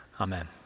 Amen